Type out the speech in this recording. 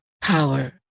power